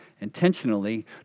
intentionally